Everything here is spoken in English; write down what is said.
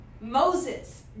Moses